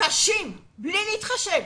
קשים מבלי להתחשב,